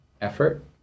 effort